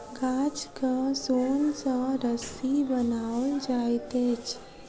गाछक सोन सॅ रस्सी बनाओल जाइत अछि